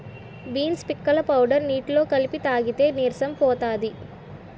beans పిక్కల powder నీటిలో కలిపి తాగితే నీరసం పోతది